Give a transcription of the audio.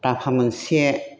दाफा मोनसे